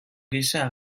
gisa